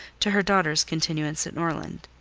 to her daughters' continuance at norland.